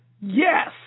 yes